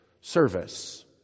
service